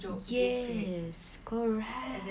yes correct